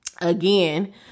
again